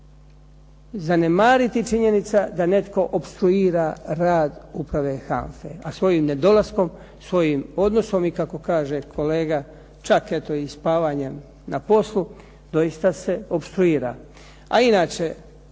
zanemariti činjenica da netko opstruira rad Uprave HANFA-e, a svojim nedolaskom, svojim odnosom i kako kaže kolega čak eto i spavanjem na poslu doista se opstruira.